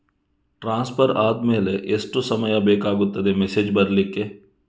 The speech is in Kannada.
ಟ್ರಾನ್ಸ್ಫರ್ ಆದ್ಮೇಲೆ ಎಷ್ಟು ಸಮಯ ಬೇಕಾಗುತ್ತದೆ ಮೆಸೇಜ್ ಬರ್ಲಿಕ್ಕೆ?